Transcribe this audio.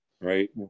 Right